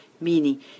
Meaning